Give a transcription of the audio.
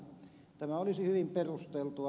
tämä olisi hyvin perusteltua